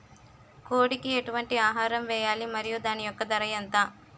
కోడి కి ఎటువంటి ఆహారం వేయాలి? మరియు దాని యెక్క ధర ఎంత?